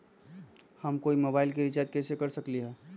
हम कोई मोबाईल में रिचार्ज कईसे कर सकली ह?